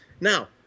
Now